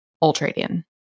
Ultradian